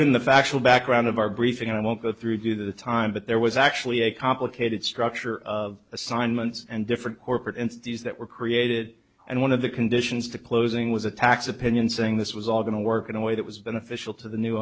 in the factual background of our briefing and i won't go through the time but there was actually a complicated structure of assignments and different corporate entities that were created and one of the conditions to closing was a tax opinion saying this was all going to work in a way that was beneficial to the new